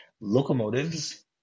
locomotives